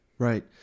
Right